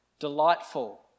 delightful